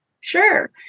Sure